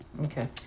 Okay